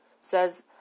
says